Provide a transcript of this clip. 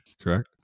correct